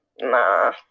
nah